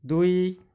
ଦୁଇ